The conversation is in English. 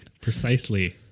precisely